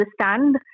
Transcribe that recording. understand